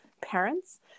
parents